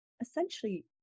essentially